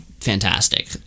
fantastic